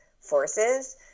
forces